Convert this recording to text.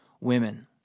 women